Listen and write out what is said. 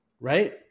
Right